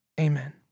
Amen